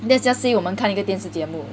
let's just say 我们看一个电视节目